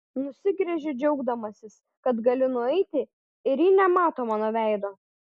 nusigręžiu džiaugdamasis kad galiu nueiti ir ji nemato mano veido